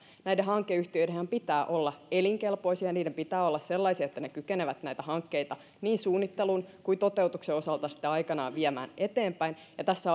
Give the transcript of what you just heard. näiden hankeyhtiöidenhän pitää olla elinkelpoisia niiden pitää olla sellaisia että ne kykenevät näitä hankkeita niin suunnittelun kuin toteutuksen osalta sitten aikanaan viemään eteenpäin ja tässä